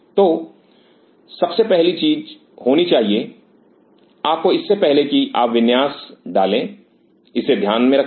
तो सबसे पहली चीज होनी चाहिए आपकी इससे पहले कि आप विन्यास डालें इसे ध्यान में रखें